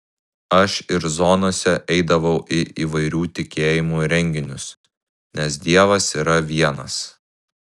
aš ir zonose eidavau į įvairių tikėjimų renginius nes dievas yra vienas